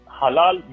halal